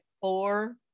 four